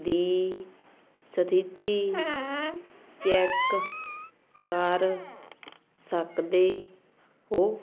ਦੀ ਸਥਿਤੀ ਚੈਕ ਕਰ ਸਕਦੇ ਹੋ